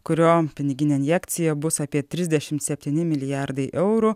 kurio piniginė injekcija bus apie trisdešimt septyni milijardai eurų